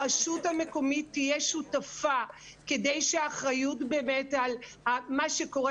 הרשות המקומית תהיה שותפה כדי שהאחריות על מה שקורה